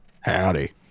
Howdy